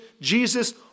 Jesus